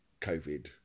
covid